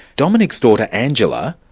dominic's daughter, angela,